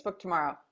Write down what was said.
tomorrow